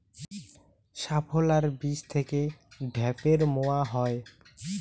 শাপলার বীজ থেকে ঢ্যাপের মোয়া হয়?